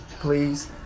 please